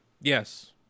Yes